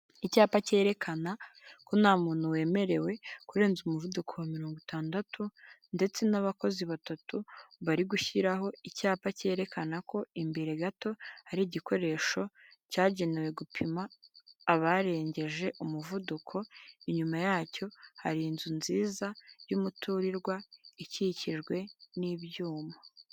Icyapa cyerekana ko nta muntu wemerewe kurenza umuvuduko wa mirongo itandatu ndetse n'abakozi batatu bari gushyiraho icyapa cyerekana ko imbere gato hari igikoresho cyagenewe gupima abarengeje umuvuduko, inyuma yacyo hari inzu nziza y'umuturirwa ikikijwe n'ibyuma.